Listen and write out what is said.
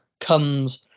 comes